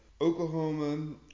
Oklahoma